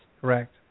Correct